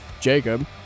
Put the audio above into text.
Jacob